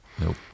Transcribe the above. Nope